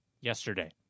yesterday